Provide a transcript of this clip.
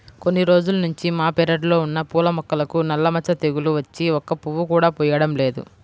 కొన్ని రోజుల్నుంచి మా పెరడ్లో ఉన్న పూల మొక్కలకు నల్ల మచ్చ తెగులు వచ్చి ఒక్క పువ్వు కూడా పుయ్యడం లేదు